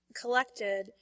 collected